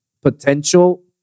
potential